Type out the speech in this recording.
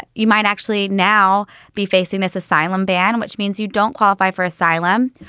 you might actually now be facing this asylum battle, which means you don't qualify for asylum.